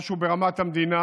משהו ברמת המדינה,